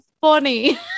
funny